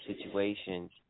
situations